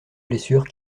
blessures